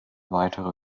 weitere